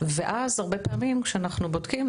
ואז הרבה פעמים כשאנחנו בודקים,